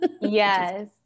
Yes